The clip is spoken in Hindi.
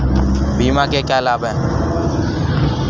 बीमा के क्या लाभ हैं?